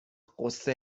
غصه